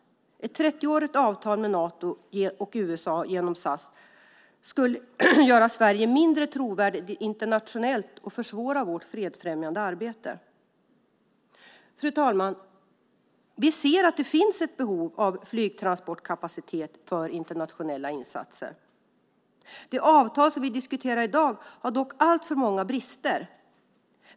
Ett 30-årigt avtal med Nato och USA genom SAC skulle göra Sverige mindre trovärdigt internationellt och försvåra vårt fredsfrämjande arbete. Fru talman! Vi ser att det finns ett behov av flygtransportkapacitet för internationella insatser. Det avtal som vi diskuterar i dag har dock alltför många brister.